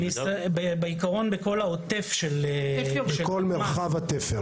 בכל מרחב התפר.